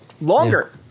longer